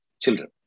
children